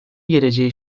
geleceği